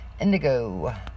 Indigo